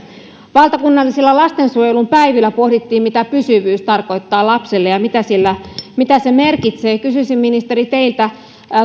valtakunnallisilla lastensuojelupäivillä pohdittiin mitä pysyvyys tarkoittaa lapselle ja mitä se merkitsee kysyisin ministeri teiltä